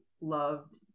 loved